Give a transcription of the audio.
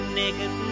naked